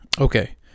Okay